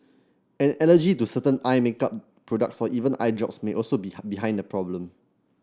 an allergy to certain eye makeup products or even eye drops may also be behind the problem